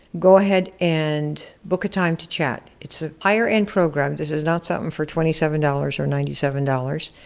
go ahead and book a time to chat. it's a higher end program. this is not something for twenty seven dollars or ninety seven dollars.